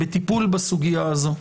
בטיפול בסוגייה הזו.